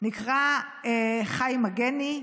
נקרא חיים מגני,